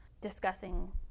discussing